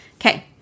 Okay